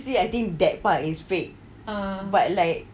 obviously I think that part is fake but like